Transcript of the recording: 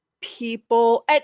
people